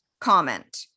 comment